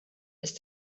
ist